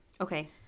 okay